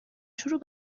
شروع